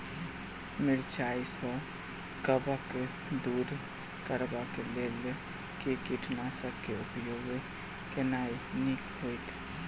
मिरचाई सँ कवक दूर करबाक लेल केँ कीटनासक केँ उपयोग केनाइ नीक होइत?